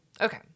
Okay